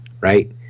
right